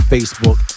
Facebook